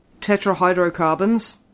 tetrahydrocarbons